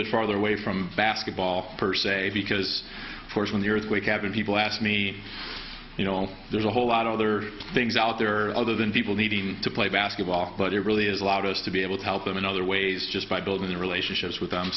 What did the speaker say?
bit farther away from basketball per se because for when the earthquake happened people asked me you know there's a whole lot of other things out there other than people needing to play basketball but it really is a lot us to be able to help them in other ways just by building relationships with them